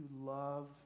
love